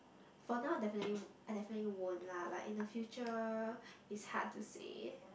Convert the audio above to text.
for now definitely I definitely won't lah but in the future it's hard to say